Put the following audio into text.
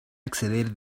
acceder